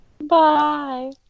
Bye